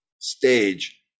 stage